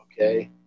Okay